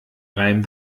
reim